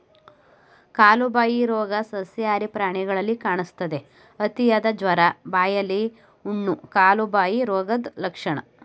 ಕಾಲುಬಾಯಿ ರೋಗ ಸಸ್ಯಾಹಾರಿ ಪ್ರಾಣಿಲಿ ಕಾಣಿಸ್ತದೆ, ಅತಿಯಾದ ಜ್ವರ, ಬಾಯಿಲಿ ಹುಣ್ಣು, ಕಾಲುಬಾಯಿ ರೋಗದ್ ಲಕ್ಷಣ